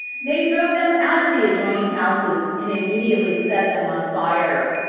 they drove them out of the adjoining houses, and immediately set them on fire,